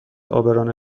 عابران